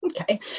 okay